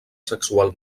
sexual